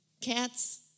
Cats